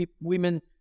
women